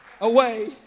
away